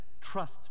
Trust